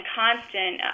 constant